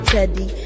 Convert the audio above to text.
Teddy